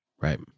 Right